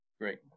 Great